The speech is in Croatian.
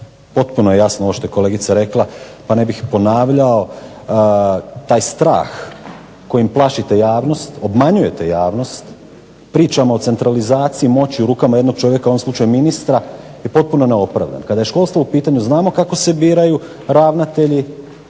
potpuno mi je jasno što je kolegica rekla, pa ne bih ponavljao taj strah kojim plašite, obmanjujete javnost, pričamo o centralizaciji moći u rukama jednog čovjeka, u ovom slučaju ministra je potpuno neopravdano. Kada je školstvo u pitanju znamo kako se biraju ravnatelji